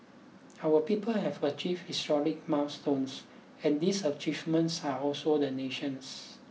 our people have achieved historic milestones and these achievements are also the nation's